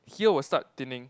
here will start thinning